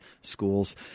schools